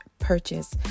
Purchase